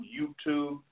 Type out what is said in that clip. YouTube